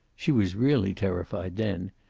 she was really terrified then.